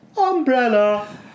Umbrella